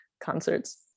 concerts